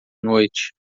noite